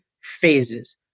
phases